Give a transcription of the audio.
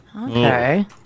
okay